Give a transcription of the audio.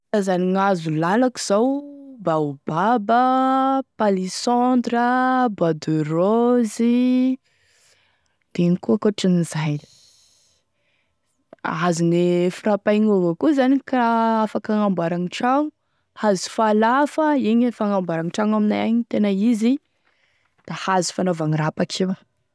Karazane hazo lalako zao baobaba, palissandre, bois de rose da ino koa ankoatran'izay hazone frapay gn' io avao koa afaky hagnamboaragny trano, hazo falafa, igny e fagnamboaragny trano aminay agny iny e tena izy da hazo fanaovagny rapaky io.